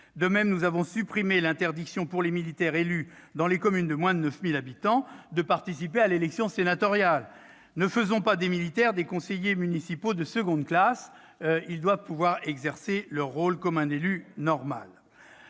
également supprimé l'interdiction pour les militaires élus dans les communes de moins de 9 000 habitants de participer à l'élection sénatoriale. Ne faisons pas des militaires des conseillers municipaux de seconde classe ! Ils doivent pouvoir exercer leur rôle comme un élu normal.